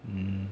mm